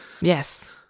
Yes